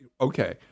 Okay